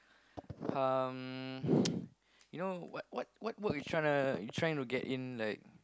um you know what what what work you trying to you trying to get in like